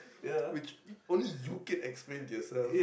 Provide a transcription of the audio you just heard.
which it only you can explain to yourself